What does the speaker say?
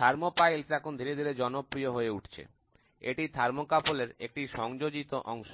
তার তাপমৌল এখন ধীরে ধীরে জনপ্রিয় হয়ে উঠছে এটি থার্মোকাপলের একটি সংযোজিত অংশ